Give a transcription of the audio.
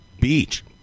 beach